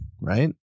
right